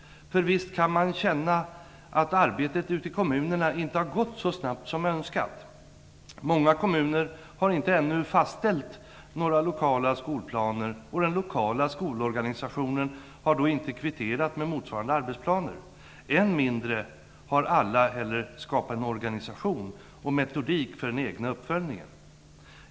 För visst kan man känna att arbetet ute i kommunerna inte har gått så snabbt som önskats. Många kommuner har ännu inte fastställt någon lokal skolplan. Den lokala skolorganisationen har då inte kvitterat med motsvarande arbetsplaner. Än mindre har alla skapat en organisation och metodik för den egna uppföljningen.